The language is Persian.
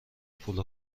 پول